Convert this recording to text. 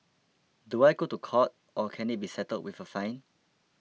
do I go to court or can it be settled with a fine